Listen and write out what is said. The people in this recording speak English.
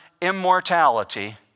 immortality